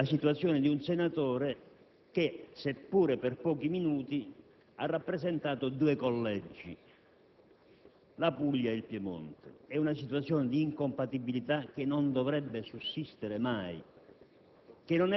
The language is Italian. mai esistere: un senatore, seppure per pochi minuti, ha rappresentato due collegi, la Puglia e il Piemonte. È una situazione di incompatibilità che non dovrebbe sussistere mai